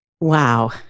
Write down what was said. Wow